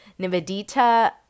Nivedita